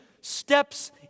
steps